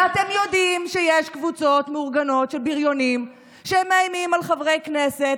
ואתם יודעים שיש קבוצות מאורגנות של בריונים שהם מאיימים על חברי כנסת,